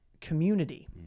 community